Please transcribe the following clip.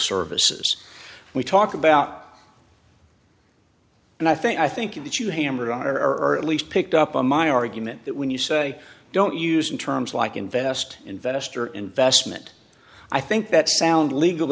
services we talk about and i think i think that you hammered on or at least picked up on my argument that when you say don't use and terms like invest investor investment i think that sound legal